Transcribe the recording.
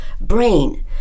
brain